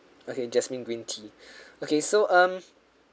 okay jasmine green tea okay so um